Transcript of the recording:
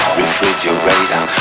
refrigerator